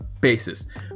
basis